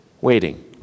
waiting